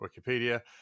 Wikipedia